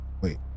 wait